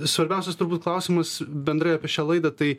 svarbiausias turbūt klausimus bendrai apie šią laidą tai